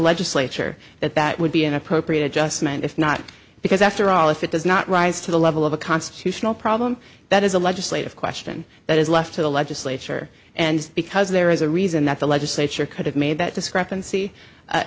legislature that that would be an appropriate adjustment if not because after all if it does not rise to the level of a constitutional problem that is a legislative question that is left to the legislature and because there is a reason that the legislature could have made that discrepancy